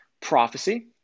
prophecy